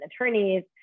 attorneys